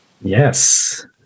Yes